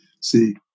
see